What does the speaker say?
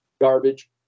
garbage